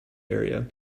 area